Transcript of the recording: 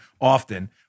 often